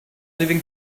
leaving